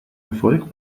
erfolg